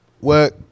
work